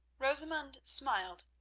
rosamund smiled,